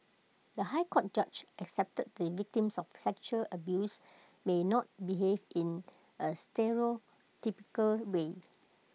the High Court judge accepted that victims of sexual abuse may not behave in A stereotypical way